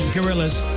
Gorillas